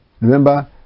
Remember